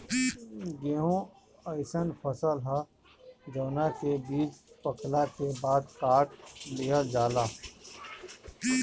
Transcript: गेंहू अइसन फसल ह जवना के बीज पकला के बाद काट लिहल जाला